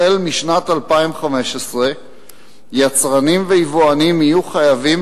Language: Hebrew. משנת 2015 יצרנים ויבואנים יהיו חייבים